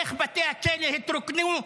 איך בתי הכלא התרוקנו?